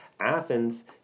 Athens